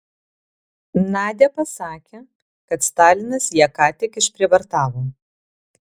nadia pasakė kad stalinas ją ką tik išprievartavo